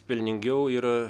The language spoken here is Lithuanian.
pelningiau yra